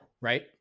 right